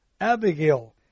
Abigail